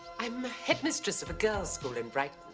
i'm headmistress of a girl's school in brighton.